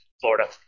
Florida